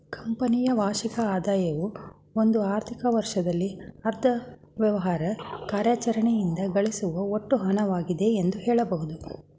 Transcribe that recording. ಕಂಪನಿಯ ವಾರ್ಷಿಕ ಆದಾಯವು ಒಂದು ಆರ್ಥಿಕ ವರ್ಷದಲ್ಲಿ ಅದ್ರ ವ್ಯವಹಾರ ಕಾರ್ಯಾಚರಣೆಯಿಂದ ಗಳಿಸುವ ಒಟ್ಟು ಹಣವಾಗಿದೆ ಎಂದು ಹೇಳಬಹುದು